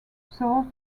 sort